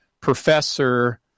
professor